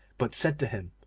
but said to him,